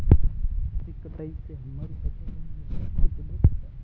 अधिक कटाई से हमारे वातावरण में प्रतिकूल प्रभाव पड़ता है